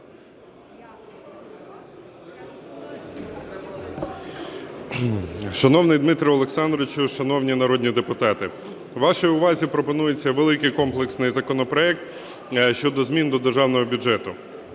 Шановний Дмитро Олександровичу! Шановні народні депутати! Вашій увазі пропонується великий комплексний законопроект щодо змін до Державного бюджету.